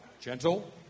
gentle